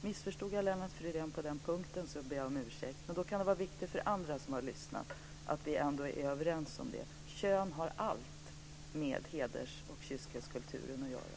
Missförstod jag Lennart Fridén på denna punkt ber jag om ursäkt, men det kan då vara viktigt för andra som har lyssnat att vi ändå är överens om att kön har allt med heders och kyskhetskulturen att göra.